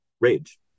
rage